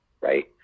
Right